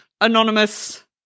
anonymous